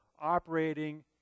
operating